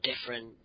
different